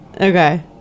Okay